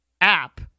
app